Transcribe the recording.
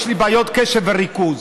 יש לי בעיות קשב וריכוז.